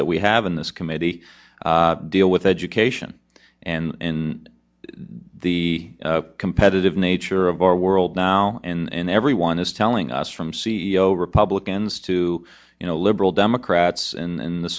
that we have in this committee deal with education and in the competitive nature of our world now and everyone is telling us from c e o republicans to you know liberal democrats in the